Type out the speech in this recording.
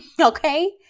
okay